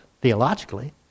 theologically